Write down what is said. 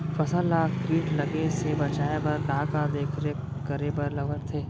फसल ला किट लगे से बचाए बर, का का देखरेख करे बर परथे?